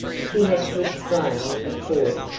she had to explain, of course,